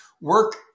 work